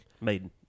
Maiden